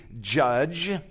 judge